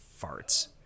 farts